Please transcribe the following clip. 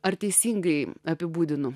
ar teisingai apibūdino